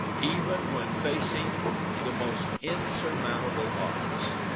even when facing the most insurmountable odds.